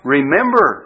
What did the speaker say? Remember